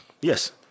Yes